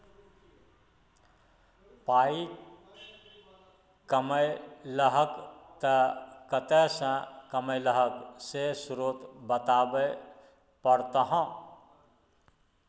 पाइ कमेलहक तए कतय सँ कमेलहक से स्रोत बताबै परतह